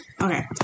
Okay